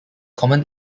common